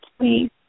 please